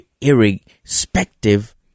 irrespective